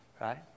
Right